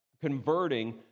converting